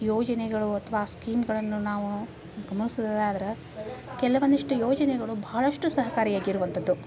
ಯೋಜನೆಗಳು ಅಥವಾ ಸ್ಕೀಮ್ಗಳನ್ನು ನಾವು ಗಮನಿಸುವುದೇ ಆದ್ರೆ ಕೆಲವೊಂದಿಷ್ಟು ಯೋಜನೆಗಳು ಬಹಳಷ್ಟು ಸಹಕಾರಿ ಆಗಿರುವಂಥದ್ದು